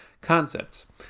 concepts